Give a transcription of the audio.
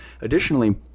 Additionally